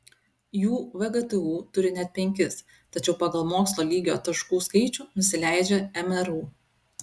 jų vgtu turi net penkis tačiau pagal mokslo lygio taškų skaičių nusileidžia mru